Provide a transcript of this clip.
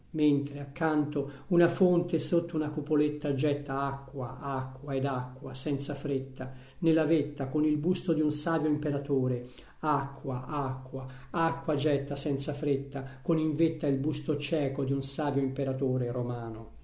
mentre accanto una fonte sotto una cupoletta getta acqua acqua ed acqua senza fretta nella vetta con il busto di un savio imperatore acqua acqua acqua getta senza fretta con in vetta il busto cieco di un savio imperatore romano